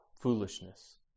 Foolishness